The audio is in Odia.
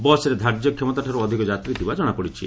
ବସ୍ରେ ଧାର୍ଯ୍ୟ କ୍ଷମତାଠାରୁ ଅଧିକ ଯାତ୍ରୀ ଥିବା କଶାପଡ଼ିଛି